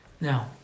Now